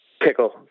pickle